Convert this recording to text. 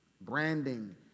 branding